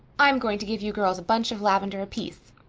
i'm going to give you girls a bunch of lavendar apiece,